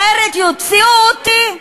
אחרת יוציאו אותי.